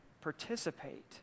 participate